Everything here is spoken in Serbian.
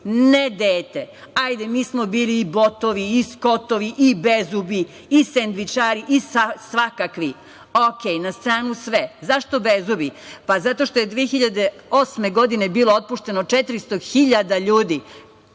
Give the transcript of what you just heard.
ne dete. Hajde mi smo bili i botovi i skotovi i bezubi i sendvičari i svakakvi, u redu, na stranu sve, zašto bezubi. Pa, zato što je 2008. godine bilo otpušteno 400 hiljada